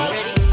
Ready